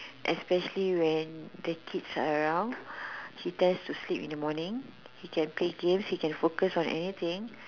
especially when the kids are around he tend to sleep in the morning he can play games he can focus on anything